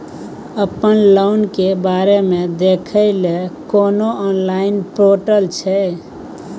अपन लोन के बारे मे देखै लय कोनो ऑनलाइन र्पोटल छै?